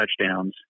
touchdowns